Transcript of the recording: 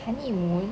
honeymoon